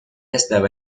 estaba